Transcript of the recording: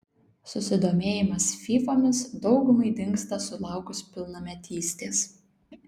susidomėjimas fyfomis daugumai dingsta sulaukus pilnametystės